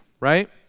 right